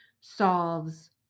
solves